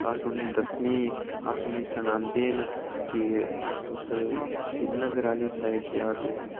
अस उ'नेंगी दस्सने अस उ'नेंगी सनांदे न के तुस सिरीनगर आह्ली साईड जाओ